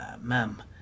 ma'am